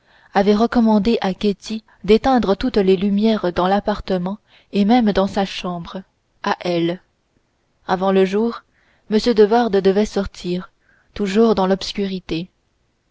avait recommandé à ketty d'éteindre toutes les lumières dans l'appartement et même dans sa chambre à elle avant le jour m de wardes devait sortir toujours dans l'obscurité